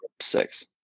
six